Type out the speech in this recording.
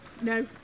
No